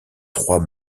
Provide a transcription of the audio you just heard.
trois